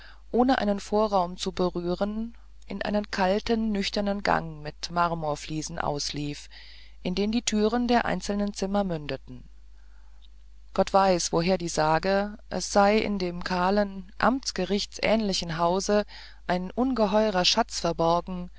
ohne einen vorraum zu berühren in einen kalten nüchternen gang mit marmorfliesen auslief in den die türen der einzelnen zimmer mündeten gott weiß woher die sage es sei in dem kahlen amtsgerichtsähnlichen hause ein ungeheurer schatz verborgen